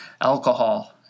alcohol